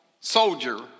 soldier